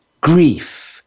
grief